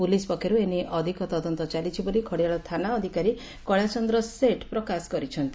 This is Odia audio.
ପୁଲିସ ପକ୍ଷରୁ ଏନେଇ ଅଧିକ ତଦନ୍ତ ଚାଲିଛି ବୋଲି ଖଡିଆଳ ଥାନା ଅଧିକାରୀ କେଳାସ ଚନ୍ଦ୍ର ସେଠ୍ ପ୍ରକାଶ କରିଛନ୍ତି